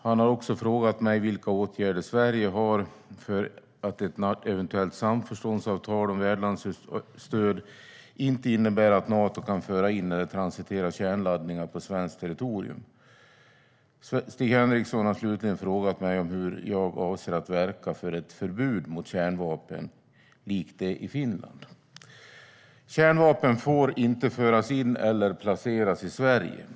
Han har också frågat mig vilka åtgärder Sverige har vidtagit för att ett eventuellt samförståndsavtal om värdlandsstöd inte innebär att Nato kan föra in eller transitera kärnladdningar på svenskt territorium. Stig Henriksson har slutligen frågat mig om jag avser att verka för ett förbud mot kärnvapen i Sverige likt det i Finland. Kärnvapen får inte föras in eller placeras i Sverige.